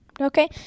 Okay